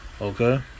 Okay